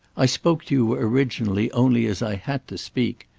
i spoke to you originally only as i had to speak.